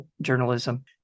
journalism